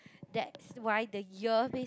that's why the earpiece